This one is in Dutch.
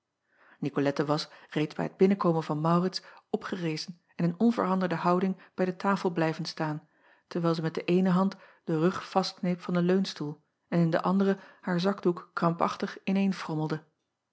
icolette was reeds bij het binnenkomen van aurits opgerezen en in onveranderde houding bij de tafel blijven staan terwijl zij met de eene hand den rug vastkneep van den leunstoel en in de andere haar zakdoek krampachtig ineenfrommelde